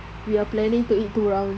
we are planning to eat two rounds